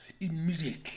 immediately